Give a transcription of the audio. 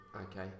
Okay